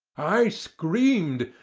i screamed,